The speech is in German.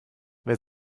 wer